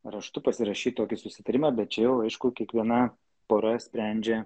raštu pasirašyt tokį susitarimą bet čia jau aišku kiekviena pora sprendžia